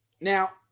Now